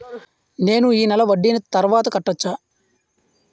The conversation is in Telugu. నేను ఈ నెల వడ్డీని తర్వాత కట్టచా?